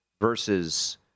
versus